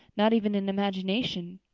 not even in imagination.